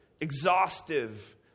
exhaustive